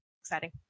exciting